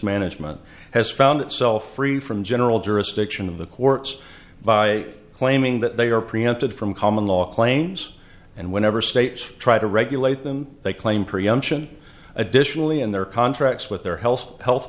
management has found itself free from general jurisdiction of the courts by claiming that they are prevented from common law claims and whenever states try to regulate them they claim preemption additionally in their contracts with their health health